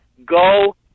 Go